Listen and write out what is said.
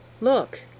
Look